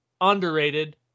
underrated